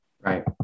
Right